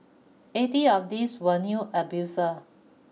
eighty of these were new abusers